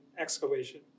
excavation